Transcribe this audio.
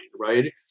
right